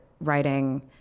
writing